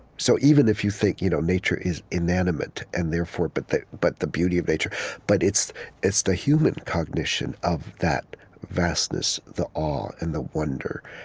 so even if you think you know nature is inanimate, and therefore, but the but the beauty of nature but it's it's the human cognition of that vastness, the awe and the wonder,